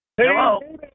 Hello